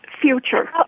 future